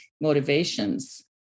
motivations